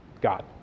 God